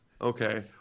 Okay